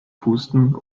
pusten